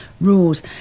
rules